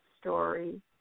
story